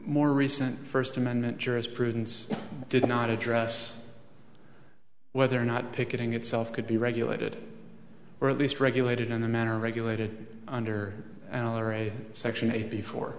more recent first amendment jurisprudence did not address whether or not picketing itself could be regulated or at least regulated in a manner regulated under section eight before